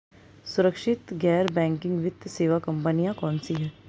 सुरक्षित गैर बैंकिंग वित्त सेवा कंपनियां कौनसी हैं?